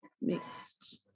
Mixed